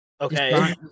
okay